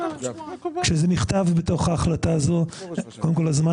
כשזה נכתב בתוך ההחלטה הזו קודם כל הזמן